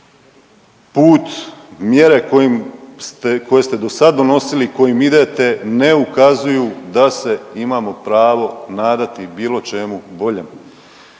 Put i mjere koje ste do sad donosili i kojim idete ne ukazuju da se imamo pravo nadati bilo čemu boljem.